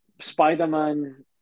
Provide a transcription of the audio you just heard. Spider-Man